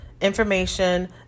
information